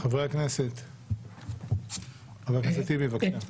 חבר הכנסת טיבי, בבקשה.